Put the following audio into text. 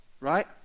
Right